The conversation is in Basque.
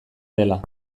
dela